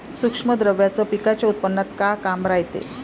सूक्ष्म द्रव्याचं पिकाच्या उत्पन्नात का काम रायते?